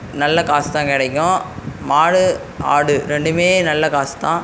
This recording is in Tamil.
நல்ல காசு தான் கிடைக்கும் மாடு ஆடு ரெண்டுமே நல்ல காசு தான்